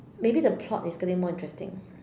maybe the plot yesterday more interesting